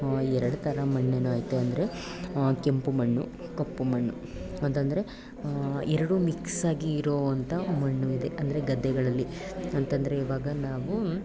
ಎರಡು ಥರ ಮಣ್ಣೇನೋ ಐತೆ ಅಂದರೆ ಕೆಂಪು ಮಣ್ಣು ಕಪ್ಪು ಮಣ್ಣು ಅಂತ ಅಂದ್ರೆ ಎರಡು ಮಿಕ್ಸಾಗಿ ಇರುವಂಥ ಮಣ್ಣು ಇದೆ ಅಂದರೆ ಗದ್ದೆಗಳಲ್ಲಿ ಅಂತ ಅಂದ್ರೆ ಈವಾಗ ನಾವು